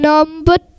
Number